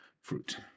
fruit